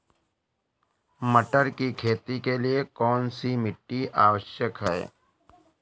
मटर की खेती के लिए कौन सी मिट्टी आवश्यक है?